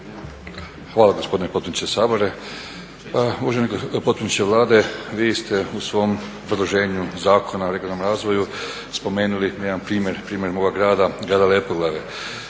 Hvala gospodine potpredsjedniče Sabora. Pa uvaženi potpredsjedniče Vlade vi ste u svom obrazloženju Zakona o regionalnom razvoju spomenuli jedan primjer, primjer moga grada Lepoglave